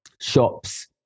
shops